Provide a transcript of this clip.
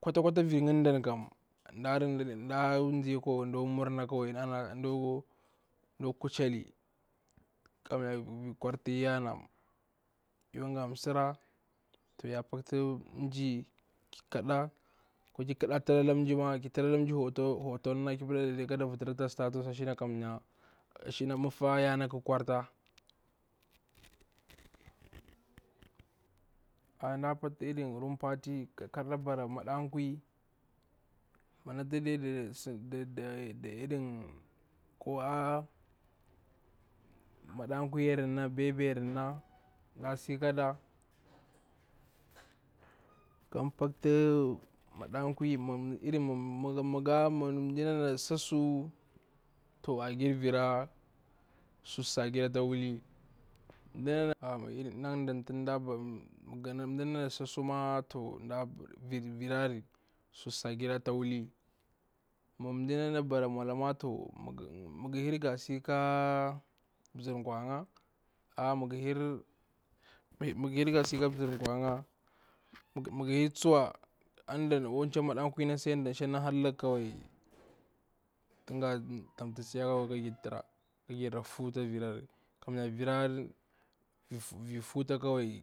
Kwata kwata vir nga da kam nga nji ɗa kwa urna kawai nda kuchali kamyar vir kwartar yana da nga msara ya paktu mji, to ki thralada hotona ki pillada kada vitira ata khra status a shina matar yana ƙa kwarti, nda paktu room party ka nda bara maɗakwi, natu da ɗati da da da irin ko a'a maɗakwi yar na bebe yara na nda si kada kan paktu, maɗakwi, ma iri ma mji na sasu to ajir vira sun sajiri ata wuli, nda ma lrin ngada baktu ga nda na sasu ma to vir to sun sa giri ata wuli, ma nda na bara mwalama, to nga ka nzir kwa nga, a ma nga hiri ga si ka nzarkwa nga, maga hira tsuwa akwa kuta maɗa kwi natu si, na hallaga kawai tunga tamtu tsiyiari kawai tan gira tara ka girra huta virari, kamyar virar vir huta kawai